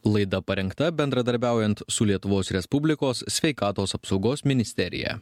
laida parengta bendradarbiaujant su lietuvos respublikos sveikatos apsaugos ministerija